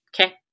Okay